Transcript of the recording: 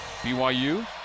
BYU